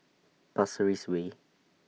Pasir Ris Way